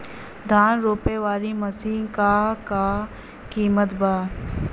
धान रोपे वाली मशीन क का कीमत बा?